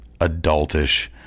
adultish